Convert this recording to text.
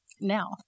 now